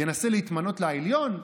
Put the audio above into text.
ינסה להתמנות לעליון?